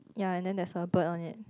ya and then there's a bird on it